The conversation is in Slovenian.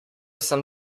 sem